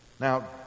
now